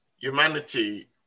humanity